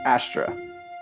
Astra